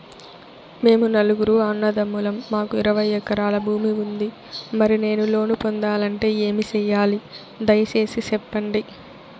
మేము నలుగురు అన్నదమ్ములం మాకు ఇరవై ఎకరాల భూమి ఉంది, మరి నేను లోను పొందాలంటే ఏమి సెయ్యాలి? దయసేసి సెప్పండి?